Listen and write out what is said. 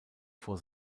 vor